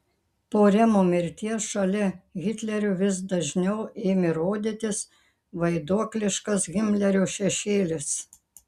po remo mirties šalia hitlerio vis dažniau ėmė rodytis vaiduokliškas himlerio šešėlis